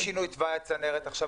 מאייד -- ואם שינוי תוואי הצנרת עכשיו